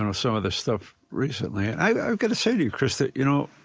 and some of the stuff recently. i've got to say to you, krista, you know,